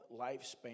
lifespan